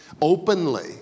Openly